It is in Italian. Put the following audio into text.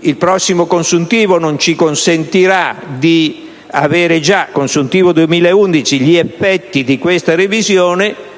Il consuntivo del 2011 non ci consentirà di avere già gli effetti di questa revisione.